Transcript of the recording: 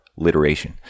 literation